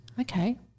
Okay